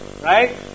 right